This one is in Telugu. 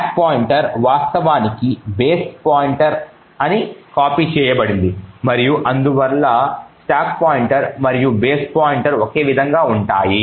స్టాక్ పాయింటర్ వాస్తవానికి బేస్ పాయింటర్ అని కాపీ చేయబడింది మరియు అందువల్ల స్టాక్ పాయింటర్ మరియు బేస్ పాయింటర్ ఒకే విధంగా ఉంటాయి